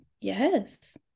yes